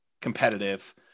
competitive